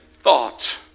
thought